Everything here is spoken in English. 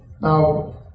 Now